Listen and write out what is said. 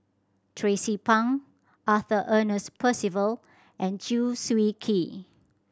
Tracie Pang Arthur Ernest Percival and Chew Swee Kee